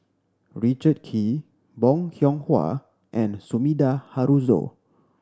Richard Kee Bong Hiong Hwa and Sumida Haruzo